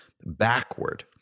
backward